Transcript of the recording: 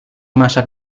masa